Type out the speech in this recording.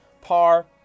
par